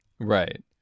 Right